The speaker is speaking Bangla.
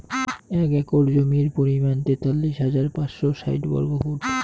এক একর জমির পরিমাণ তেতাল্লিশ হাজার পাঁচশ ষাইট বর্গফুট